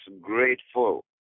grateful